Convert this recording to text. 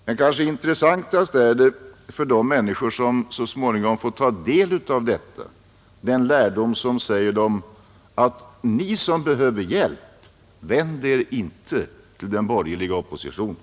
Men mest intressant för de människor som så småningom får ta del av detta är den lärdom som säger dem: Ni som behöver hjälp, vänd er inte till den borgerliga oppositionen!